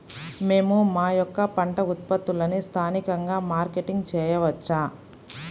మేము మా యొక్క పంట ఉత్పత్తులని స్థానికంగా మార్కెటింగ్ చేయవచ్చా?